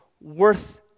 worth